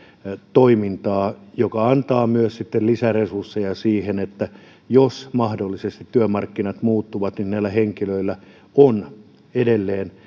toimintaa joka antaa myös sitten lisäresursseja siihen että jos mahdollisesti työmarkkinat muuttuvat niin näillä henkilöillä on edelleen